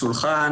לשולחן,